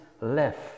left